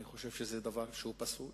אני חושב שזה דבר פסול.